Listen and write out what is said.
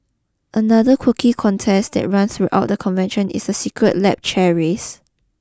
another quirky contest that runs throughout the convention is the secret lab chair race